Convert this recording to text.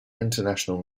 international